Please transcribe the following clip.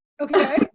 Okay